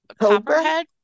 copperhead